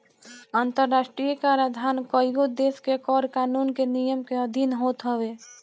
अंतरराष्ट्रीय कराधान कईगो देस के कर कानून के नियम के अधिन होत हवे